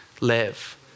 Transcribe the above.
live